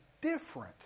different